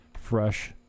fresh